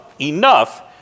enough